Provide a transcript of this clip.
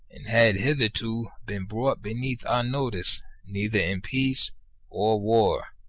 and had hitherto been brought beneath our notice neither in peace or war.